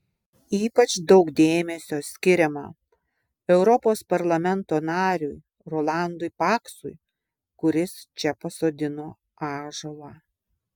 ypač daug dėmesio skiriama europos parlamento nariui rolandui paksui kuris čia pasodino ąžuolą